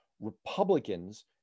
Republicans